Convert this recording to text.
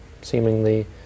seemingly